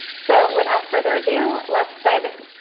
so without further ado, let's dive it.